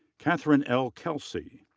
katherine l. kelsey.